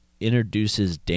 introduces